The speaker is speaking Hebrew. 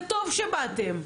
וטוב שבאתם,